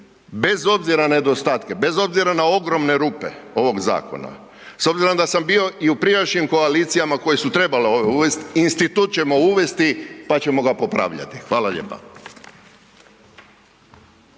Bez obzira na nedostatke, bez obzira na ogromne rupe ovog zakona, s obzirom da sam bio i u prijašnjim koalicijama koje su trebale ovo uvest, institut ćemo uvesti pa ćemo ga popravljati. Hvala lijepa.